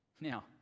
Now